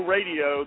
Radio